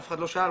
אף אחד לא שאל,